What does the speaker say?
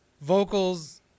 vocals